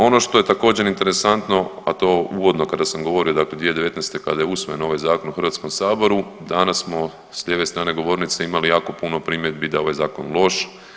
Ono što je također interesantno, a to uvodno kada sam govorio dakle 2019. kada je usvojen ovaj zakon u HS, danas smo s lijeve strane govornice imali jako puno primjedbi da je ovaj zakon loš.